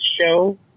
show